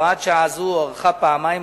הוראת שעה זו הוארכה פעמיים,